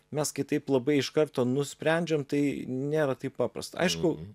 mes kai taip labai iš karto nusprendžiam tai nėra taip paprasta aišku